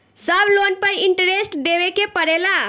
सब लोन पर इन्टरेस्ट देवे के पड़ेला?